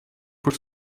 poor